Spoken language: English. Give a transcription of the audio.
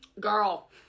girl